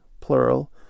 plural